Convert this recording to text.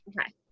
Okay